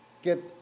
get